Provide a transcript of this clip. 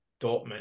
dortmund